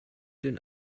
den